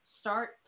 start